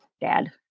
dad